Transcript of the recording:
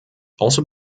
also